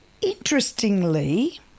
Interestingly